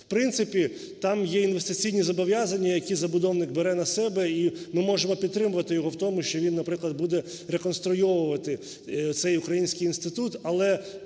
В принципі, там є інвестиційні зобов'язання, які забудовник бере на себе, і ми можемо підтримувати його в тому, що він, наприклад, буде реконструйовувати цей український інститут.